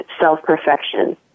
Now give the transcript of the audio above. self-perfection